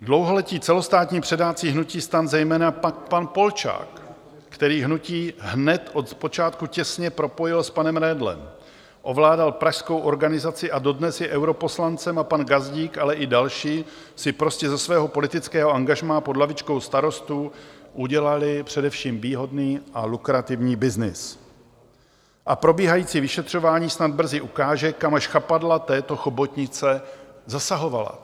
Dlouholetí celostátní předáci hnutí STAN, zejména pak pan Polčák, který hnutí hned od počátku těsně propojil s panem Redlem, ovládal pražskou organizaci a dodnes je europoslancem, a pan Gazdík, ale i další, si prostě ze svého politického angažmá pod hlavičkou Starostů udělali především výhodný a lukrativní byznys a probíhající vyšetřování snad brzy ukáže, kam až chapadla této chobotnice zasahovala.